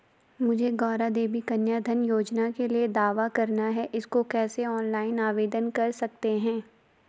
मुझे गौरा देवी कन्या धन योजना के लिए दावा करना है इसको कैसे ऑनलाइन आवेदन कर सकते हैं?